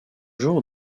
jour